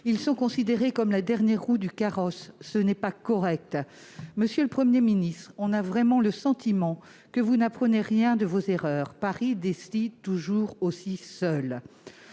ils sont considérés comme la dernière roue du carrosse. Ce n'est pas correct ! Monsieur le Premier ministre, on a véritablement le sentiment que vous n'avez tiré aucun enseignement de vos erreurs : Paris décide toujours aussi seul